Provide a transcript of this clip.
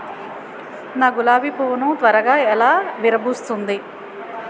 నా గులాబి పువ్వు ను త్వరగా ఎలా విరభుస్తుంది?